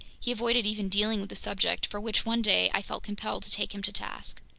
he avoided even dealing with the subject, for which one day i felt compelled to take him to task.